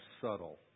subtle